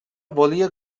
volia